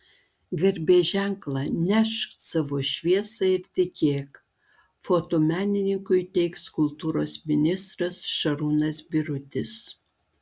garbės ženklą nešk savo šviesą ir tikėk fotomenininkui įteiks kultūros ministras šarūnas birutis